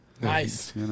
Nice